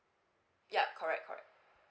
yup correct correct